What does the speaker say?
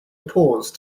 pause